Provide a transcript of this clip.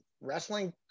wrestling